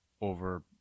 over